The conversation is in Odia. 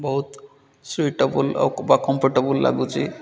ବହୁତ ସୁଇଟେବୁଲ୍ ଆଉ ବା କମ୍ଫର୍ଟେବୁଲ୍ ଲାଗୁଛି